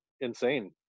insane